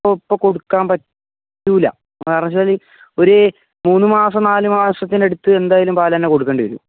ഓ ഇപ്പം കൊടുക്കാൻ പറ്റില്ല കാരണവശാൽ ഒരു മൂന്ന് മാസം നാല് മാസത്തിന് അടുത്ത് എന്തായാലും പാൽ തന്നെ കൊടുക്കേണ്ടി വരും